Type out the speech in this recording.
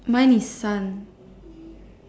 mine is sun